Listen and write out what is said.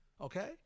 Okay